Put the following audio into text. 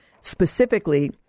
specifically